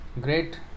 great